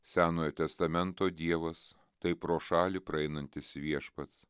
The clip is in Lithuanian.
senojo testamento dievas tai pro šalį praeinantis viešpats